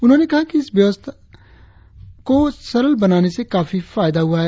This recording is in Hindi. उन्होंने कहा कि इस कर व्यवस्था को सरल बनाने से काफी फायदा हुआ है